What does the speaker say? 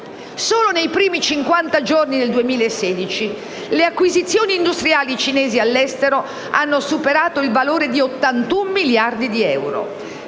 Solo nei primi cinquanta giorni del 2016, le acquisizioni industriali cinesi all'estero hanno superato il valore di 81 miliardi di